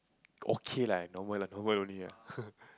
okay lah normal normal only lah